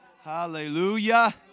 Hallelujah